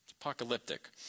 Apocalyptic